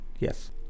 Yes